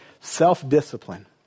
Self-discipline